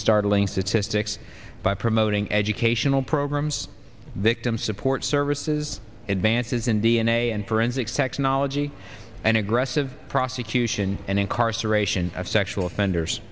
startling statistics by promoting educational programs victim support services advances in d n a and forensics technology and aggressive prosecution and incarceration of sexual offenders